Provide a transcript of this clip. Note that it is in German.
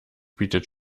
bietet